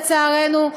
לצערנו,